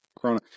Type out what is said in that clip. Corona